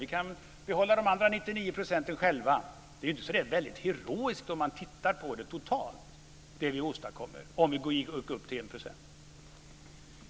Vi kan behålla de andra 99 % själva. Det är inte så där väldigt heroiskt det vi åstadkommer om vi går upp till 1 %, om man tittar på det totalt.